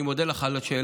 אני מודה לך על השאלה,